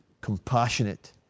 compassionate